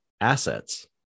assets